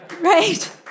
Right